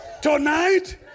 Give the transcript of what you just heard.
tonight